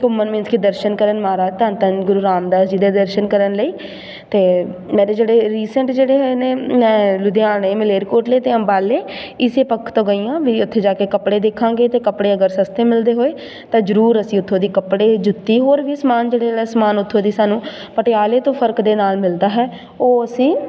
ਘੁੰਮਣ ਮੀਨਸ ਕਿ ਦਰਸ਼ਨ ਕਰਨ ਮਹਾਰਾਜ ਧੰਨ ਧੰਨ ਗੁਰੂ ਰਾਮਦਾਸ ਜੀ ਦੇ ਦਰਸ਼ਨ ਕਰਨ ਲਈ ਅਤੇ ਮੇਰੇ ਜਿਹੜੇ ਰੀਸੈਂਟ ਜਿਹੜੇ ਹੋਏ ਨੇ ਮੈਂ ਲੁਧਿਆਣੇ ਮਲੇਰਕੋਟਲੇ ਅਤੇ ਅੰਬਾਲੇ ਇਸੇ ਪੱਖ ਤੋਂ ਗਈ ਹਾਂ ਵੀ ਉੱਥੇ ਜਾ ਕੇ ਕੱਪੜੇ ਦੇਖਾਂਗੇ ਅਤੇ ਕੱਪੜੇ ਅਗਰ ਸਸਤੇ ਮਿਲਦੇ ਹੋਏ ਤਾਂ ਜ਼ਰੂਰ ਅਸੀਂ ਉੱਥੋਂ ਦੀ ਕੱਪੜੇ ਜੁੱਤੀ ਹੋਰ ਵੀ ਸਮਾਨ ਜਿਹੜੇ ਸਮਾਨ ਉੱਥੋਂ ਦੀ ਸਾਨੂੰ ਪਟਿਆਲੇ ਤੋਂ ਫਰਕ ਦੇ ਨਾਲ ਮਿਲਦਾ ਹੈ ਉਹ ਅਸੀਂ